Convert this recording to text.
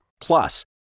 Plus